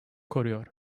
koruyor